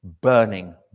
burning